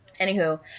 anywho